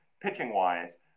pitching-wise